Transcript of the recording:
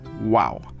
Wow